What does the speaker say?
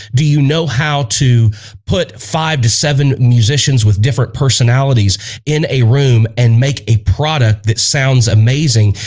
do you know how to put five to seven musicians with different personalities in a room and make a product that sounds amazing,